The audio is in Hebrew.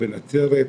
בנצרת,